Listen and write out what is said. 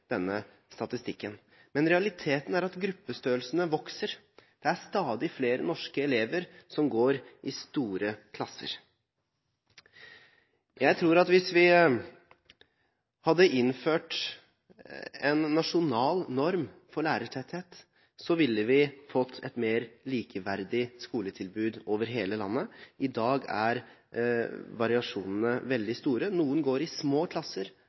denne statistikken. Men realiteten er at gruppestørrelsene vokser. Det er stadig flere norske elever som går i store klasser. Jeg tror at hvis vi hadde innført en nasjonal norm for lærertetthet, ville vi fått et mer likeverdig skoletilbud over hele landet. I dag er variasjonene veldig store. Noen går i små klasser